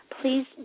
please